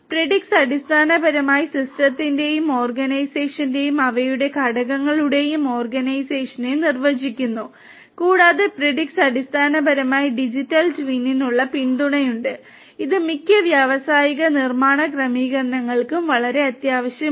Predix അടിസ്ഥാനപരമായി സിസ്റ്റത്തിന്റെയും ഓർഗനൈസേഷന്റെയും അവയുടെ ഘടകങ്ങളുടെയും ഓർഗനൈസേഷനെ നിർവചിക്കുന്നു കൂടാതെ പ്രിഡിക്സിന് അടിസ്ഥാനപരമായി ഡിജിറ്റൽ ട്വിനിനുള്ള പിന്തുണയുണ്ട് ഇത് മിക്ക വ്യാവസായിക നിർമ്മാണ ക്രമീകരണങ്ങൾക്കും വളരെ അത്യാവശ്യമാണ്